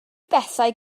bethau